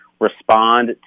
respond